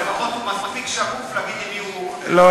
אבל לפחות הוא מספיק שקוף להגיד עם מי הוא,